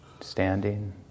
standing